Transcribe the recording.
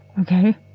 Okay